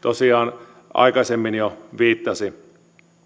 tosiaan aikaisemmin jo viittasi